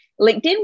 LinkedIn